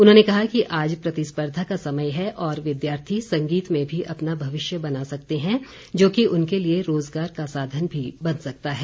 उन्होंने कहा कि आज प्रतिस्पर्धा का समय है और विद्यार्थी संगीत में भी अपना भविष्य बना सकते हैं जोकि उनके लिए रोज़गार का साधन भी बन सकता है